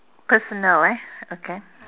personal eh okay